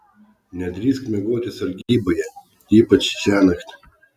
nedrįsk miegoti sargyboje ypač šiąnakt